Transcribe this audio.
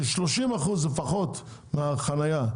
ש-30% לפחות מהחנייה,